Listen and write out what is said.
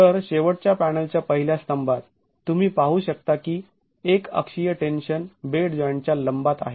तर शेवटच्या पॅनलच्या पहिल्या स्तंभात तुम्ही पाहू शकता की एक अक्षीय टेन्शन बेड जॉईंटच्या लंबात आहे